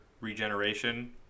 regeneration